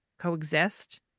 coexist